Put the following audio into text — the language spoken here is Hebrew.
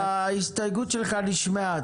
איתן, ההסתייגות שלך נשמעה.